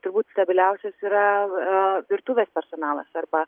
turbūt stabiliausias yra virtuvės personalas arba